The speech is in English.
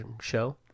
show